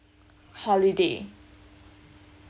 holiday